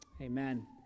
Amen